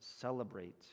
celebrate